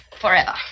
Forever